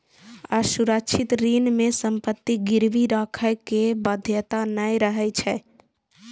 असुरक्षित ऋण मे संपत्ति गिरवी राखै के बाध्यता नै रहै छै